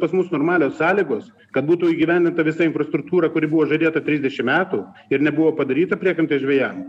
pas mus normalios sąlygos kad būtų įgyvendinta visa infrastruktūra kuri buvo žadėta trisdešim metų ir nebuvo padaryta priekrantės žvejam